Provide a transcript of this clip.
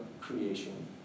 creation